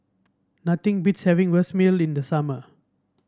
nothing beats having Vermicelli in the summer